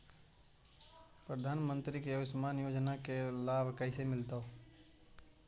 प्रधानमंत्री के आयुषमान योजना के लाभ कैसे मिलतै?